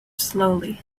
slowly